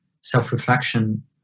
self-reflection